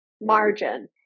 margin